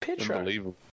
Unbelievable